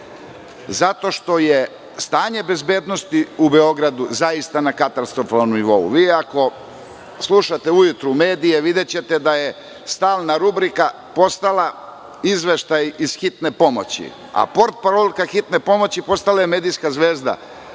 zato što je stanje bezbednosti u Beogradu zaista na katastrofalnom nivou. Ako slušate ujutru medije, videćete da je stalna rubrika postala izveštaj iz hitne pomoći, a portparolka Hitne pomoći postala je medijska zvezda